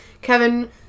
Kevin